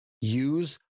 use